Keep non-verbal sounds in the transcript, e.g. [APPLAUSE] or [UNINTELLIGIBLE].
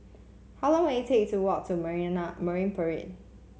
how long will it take to walk to [UNINTELLIGIBLE] Marine Parade